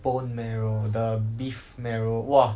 bone marrow the beef marrow !wah!